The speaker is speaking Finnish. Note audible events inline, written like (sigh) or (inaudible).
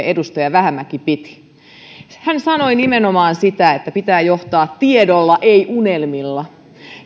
(unintelligible) edustaja vähämäki piti erittäin asiallisen puheen hän sanoi nimenomaan sitä että pitää johtaa tiedolla ei unelmilla